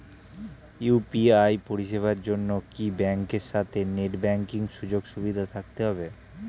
UPI পরিষেবার জন্য কি ব্যাংকের সাথে নেট ব্যাঙ্কিং সুযোগ সুবিধা থাকতে হবে?